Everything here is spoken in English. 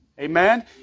Amen